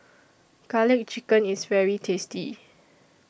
Garlic Chicken IS very tasty